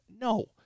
No